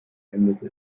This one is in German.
hemmnisse